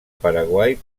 paraguai